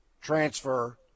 transfer